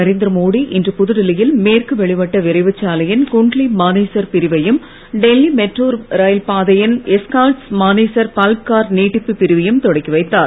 நரேந்திரமோடி இன்று புதுடில்லியில் மேற்கு வெளிவட்ட விரைவுச் சாலையின் குன்ட்லி மானேசர் பிரிவையும் டெல்லி மெட்ரோ ரயில் பாதையின் எஸ்கார்ட்ஸ் மானேசர் பல்லப்கார் நீட்டிப்பு பிரிவையும் தொடக்கி வைத்தார்